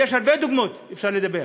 ויש הרבה דוגמאות שאפשר לתת.